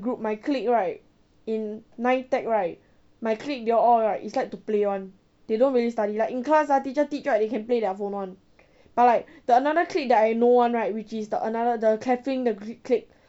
group my clique right in NITEC right my clique they all right is like to play [one] they don't really study like in class ah teacher teach right they can play their phone [one] but like the another clique that I know [one] right which is the another the kathlyn the group clique